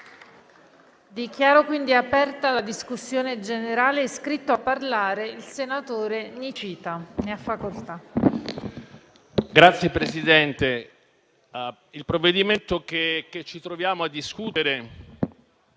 Dichiaro aperta la discussione generale. È iscritto a parlare il senatore Nicita.